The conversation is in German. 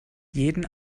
jeden